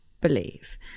believe